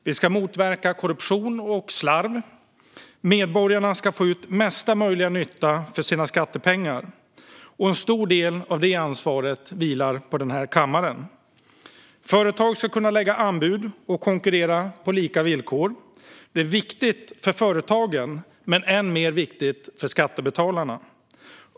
Vi ska motverka korruption och slarv. Medborgarna ska få största möjliga nytta för sina skattepengar, och en stor del av ansvaret för det vilar på den här kammaren. Företag ska kunna lägga anbud och konkurrera på lika villkor. Detta är viktigt för företagen men än mer viktigt för skattebetalarna.